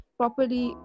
properly